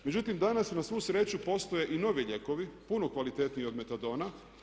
Međutim, danas na svu sreću postoje i novi lijekovi, puno kvalitetniji od metadona.